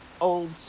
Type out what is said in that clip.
old